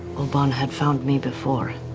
obann had found me before,